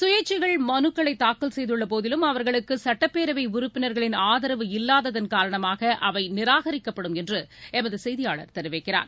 சுயேச்சைகள் மனுக்கள் தாக்கல் செய்துள்ள போதிலும் அவர்களுக்கு சட்டப்பேரவை உறுப்பினர்களின் ஆதரவு இல்லாததன் காரணமாக அவை நிராகரிக்கப்படும் என்று எமது செய்தியாளர் தெரிவிக்கிறார்